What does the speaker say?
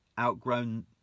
outgrown